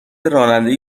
راننده